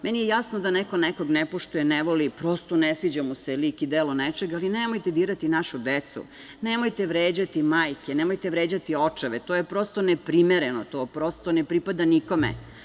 Meni je jasno da neko nekog ne poštuje, ne voli, prosto ne sviđa mu se lik i delo nečega, ali nemojte dirati našu decu, nemojte vređati majke, nemojte vređati očeve, to je prosto neprimereno, to prosto ne pripada nikome.